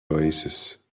oasis